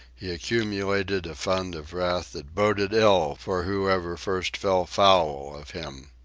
he accumulated a fund of wrath that boded ill for whoever first fell foul of him.